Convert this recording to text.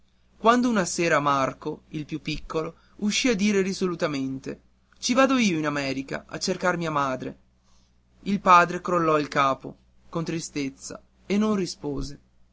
quando una sera marco il più piccolo uscì a dire risolutamente ci vado io in america a cercar mia madre il padre crollò il capo con tristezza e non rispose